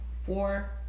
four